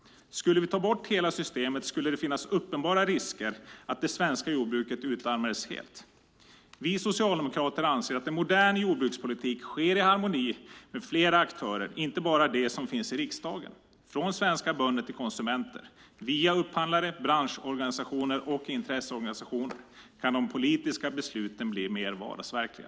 Skulle vi ta bort hela systemet skulle det finnas uppenbara risker att det svenska jordbruket utarmades helt. Vi socialdemokrater anser att en modern jordbrukspolitik sker i harmoni med flera aktörer, inte bara med dem som finns i riksdagen. Från svenska bönder till konsumenter, via upphandlare, branschorganisationer och intresseorganisationer kan de politiska besluten bli mer vardagsverkliga.